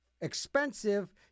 expensive